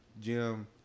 gym